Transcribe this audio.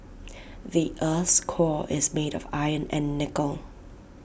the Earth's core is made of iron and nickel